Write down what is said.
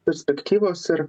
perspektyvos ir